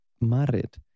married